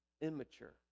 immature